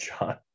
John